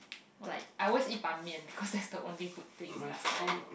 like I always eat Ban-Mian because that's the only good thing last time